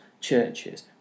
churches